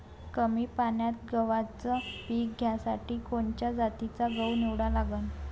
कमी पान्यात गव्हाचं पीक घ्यासाठी कोनच्या जातीचा गहू निवडा लागन?